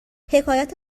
حکایت